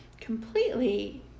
completely